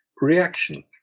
reaction